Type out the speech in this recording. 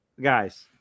guys